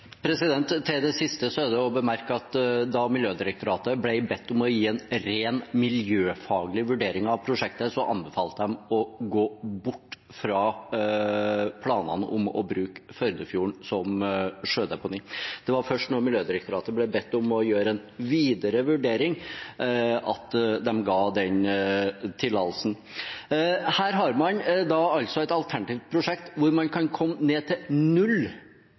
Til det siste er å bemerke at da Miljødirektoratet ble bedt om å gi en ren miljøfaglig vurdering av prosjektet, anbefalte de å gå bort fra planene om å bruke Førdefjorden som sjødeponi. Det var først da Miljødirektoratet ble bedt om å gjøre en videre vurdering at de ga den tillatelsen. Her har man et alternativt prosjekt hvor man kan komme ned til null